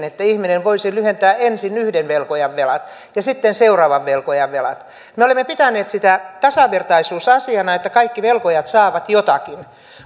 että ihminen voisi lyhentää ensin yhden velkojan velat ja sitten seuraavan velkojan velat me olemme pitäneet sitä tasavertaisuusasiana että kaikki velkojat saavat jotakin